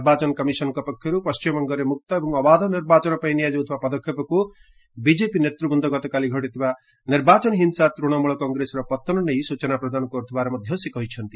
ନିର୍ବାଚନ କମିଶନଙ୍କ ପକ୍ଷରୁ ପଣ୍ଟିମବଙ୍ଗରେ ମୁକ୍ତ ଏବଂ ଅବାଧ ନିର୍ବାଚନ ପାଇଁ ନିଆଯାଉଥିବା ପଦକ୍ଷେପକୁ ବିଜେପି ନେତୃବୃନ୍ଦ ଗତକାଲି ଘଟିଥିବା ନିର୍ବାଚନୀ ହିଂସା ତୂଣମଳ କଂଗ୍ରେସର ପତନ ନେଇ ସ୍ଚଚନା ପ୍ରଦାନ କରୁଥିବା ସେ କହିଛନ୍ତି